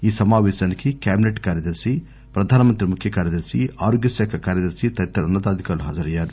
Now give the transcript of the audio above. ఈ సమాపేశానికి కేబిసెట్ కార్యదర్శి ప్రధానమంత్రి ముఖ్య కార్యదర్శి ఆరోగ్య శాఖ కార్యదర్శి తదితర ఉన్న తాధికారులు హాజరయ్యారు